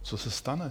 Co se stane?